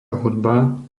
hudba